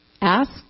Ask